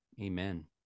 Amen